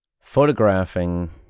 Photographing